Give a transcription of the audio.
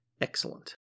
Excellent